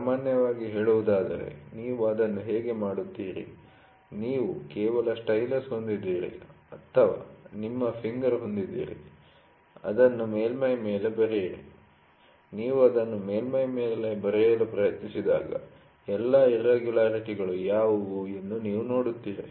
ಸಾಮಾನ್ಯವಾಗಿ ಹೇಳುವುದಾದರೆ ನೀವು ಅದನ್ನು ಹೇಗೆ ಮಾಡುತ್ತೀರಿ ನೀವು ಕೇವಲ ಸ್ಟೈಲಸ್ ಹೊಂದಿದ್ದೀರಿ ಅಥವಾ ನಿಮ್ಮ ಫಿಂಗರ್ ಹೊಂದಿದ್ದೀರಿ ಅದನ್ನು ಮೇಲ್ಮೈ ಮೇಲೆ ಬರೆಯಿರಿ ನೀವು ಅದನ್ನು ಮೇಲ್ಮೈ ಮೇಲೆ ಬರೆಯಲು ಪ್ರಯತ್ನಿಸಿದಾಗ ಎಲ್ಲಾ ಇರ್ರೆಗುಲರಿಟಿ'ಗಳು ಯಾವುವು ಎಂದು ನೀವು ನೋಡುತ್ತೀರಿ